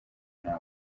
nama